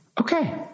Okay